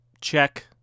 Check